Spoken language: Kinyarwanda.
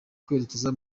kwerekeza